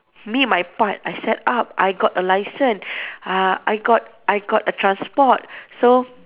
me and my part I set up I got a licence uh I got I got a transport so